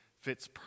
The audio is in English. fits